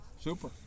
Super